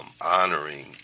honoring